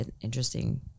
interesting